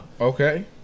Okay